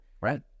right